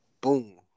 Boom